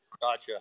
Gotcha